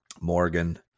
Morgan